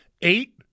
eight